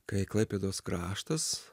kai klaipėdos kraštas